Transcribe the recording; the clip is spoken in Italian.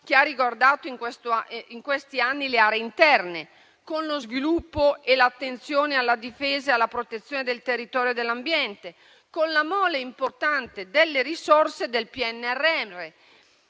che ha riguardato in questi anni le aree interne, con lo sviluppo e l'attenzione alla difesa e alla protezione del territorio e dell'ambiente, con la mole importante delle risorse del PNRR,